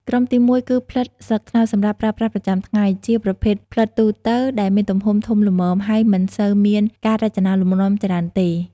ក្រុមទីមួយគឺ ផ្លិតស្លឹកត្នោតសម្រាប់ប្រើប្រាស់ប្រចាំថ្ងៃ ជាប្រភេទផ្លិតទូទៅដែលមានទំហំធំល្មម ហើយមិនសូវមានការរចនាលំនាំច្រើនទេ។